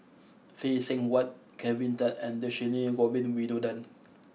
Phay Seng Whatt Kelvin Tan and Dhershini Govin Winodan